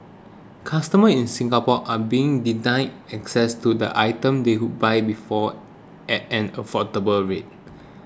customers in Singapore are being denied access to the items they could buy before at an affordable rate